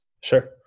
Sure